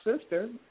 sister